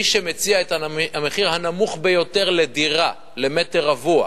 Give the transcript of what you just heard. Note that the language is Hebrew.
מי שמציע את המחיר הנמוך ביותר לדירה למטר רבוע,